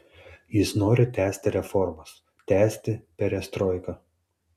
jis nori tęsti reformas tęsti perestroiką